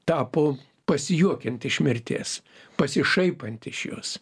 tapo pasijuokiant iš mirties pasišaipant iš jos